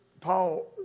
Paul